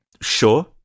Sure